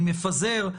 אני מפזר.